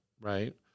right